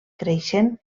creixent